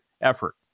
effort